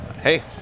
hey